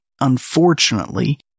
unfortunately